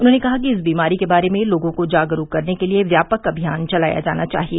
उन्होंने कहा कि इस बीमारी के बारे में लोगों को जागरूक करने के लिये व्यापक अभियान चलाया जाना चाहिए